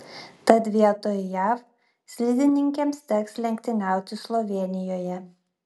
tad vietoj jav slidininkėms teks lenktyniauti slovėnijoje